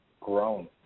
grown